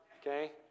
okay